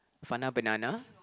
Fana banana